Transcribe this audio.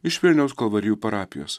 iš vilniaus kalvarijų parapijos